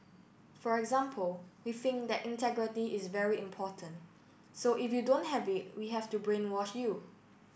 for example we think that integrity is very important so if you don't have it we have to brainwash you